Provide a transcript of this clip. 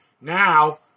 now